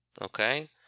okay